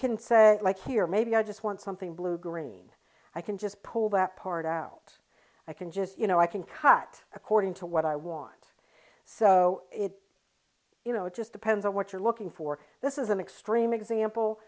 can say like here maybe i just want something blue green i can just pull that part out i can just you know i can cut according to what i want so you know it just depends on what you're looking for this is an extreme example